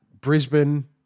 Brisbane